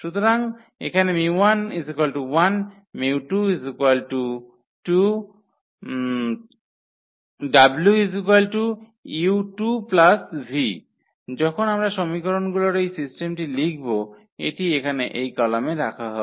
সুতরাং এখানে 𝜇1 1 𝜇2 2 ⇒ w 2u v যখন আমরা সমীকরণগুলির এই সিস্টেমটি লিখব এটি এখানে এই কলামে রাখা হবে